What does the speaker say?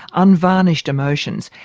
unvarnished emotions.